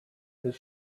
his